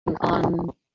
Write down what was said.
on